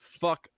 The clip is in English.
fuck